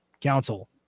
council